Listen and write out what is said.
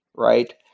right?